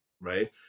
right